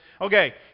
Okay